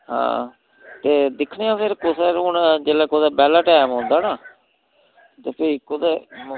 हां ते दिक्खने आं फिर कुसलै हून जेल्लै कुतै बैह्ल्ला टैम औंदा ना ते फ्ही कुतै मौ